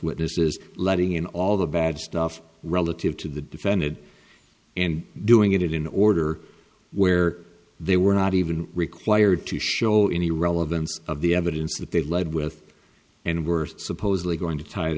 witnesses letting in all the bad stuff relative to the defended and doing it in order where they were not even required to show any relevance of the evidence that they led with and were supposedly going to tie